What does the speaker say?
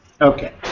Okay